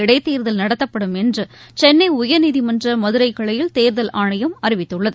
இடைத்தேர்தல் நடத்தப்படும் என்று சென்னை உயர்நீதிமன்ற மதுரை கிளையில் தேர்தல் ஆணையம் தெரிவித்துள்ளது